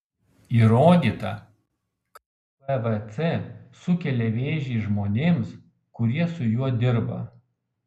įrodyta kad pvc sukelia vėžį žmonėms kurie su juo dirba